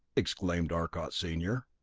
exclaimed arcot, senior.